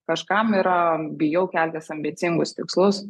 kažkam yra bijau keltis ambicingus tikslus